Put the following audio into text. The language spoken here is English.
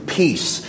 peace